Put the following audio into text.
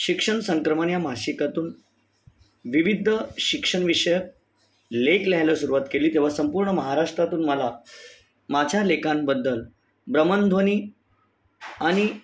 शिक्षण संक्रमण या मासिकातून विविध शिक्षण विषयक लेख लिहायला सुरुवात केली तेव्हा संपूर्ण महाराष्ट्रातून मला माझ्या लेखांबद्दल भ्रमणध्वनी आणि